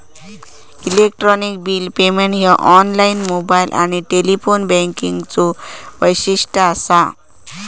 electronic bill payment ह्या online, mobile आणि telephone बँकिंगचो वैशिष्ट्य असा